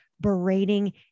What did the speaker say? berating